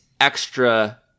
extra